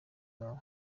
bawe